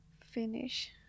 finish